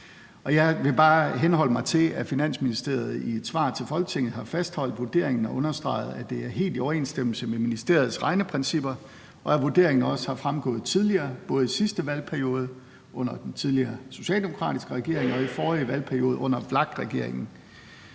Jeg vil bare henholde mig til, at Finansministeriet i et svar til Folketinget har fastholdt vurderingen og understreget, at det er helt i overensstemmelse med ministeriets regneprincipper, og at vurderingen også er fremgået tidligere, både i sidste valgperiode under den tidligere socialdemokratiske regering og i forrige valgperiode under VLAK-regeringen.